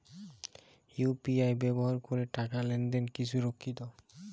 UPI ব্যবহার করে টাকা লেনদেন কি সুরক্ষিত?